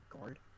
guard